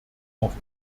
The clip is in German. auch